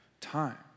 time